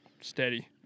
steady